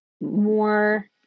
more